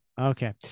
okay